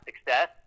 success